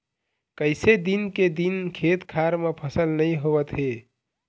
कइसे दिन के दिन खेत खार म फसल नइ होवत हे